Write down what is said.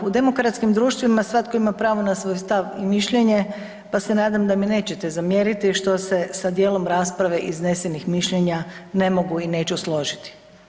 U demokratskim društvima svatko ima pravo na svoj stav i mišljenje pa se nadam da mi nećete zamjeriti što se sa dijelom rasprave i iznesenih mišljenja ne mogu i neću složiti.